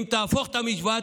אם תהפוך את המשוואה,